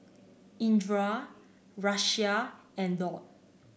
Indra Raisya and Daud